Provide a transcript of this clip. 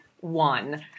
one